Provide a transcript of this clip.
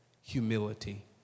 humility